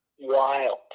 wild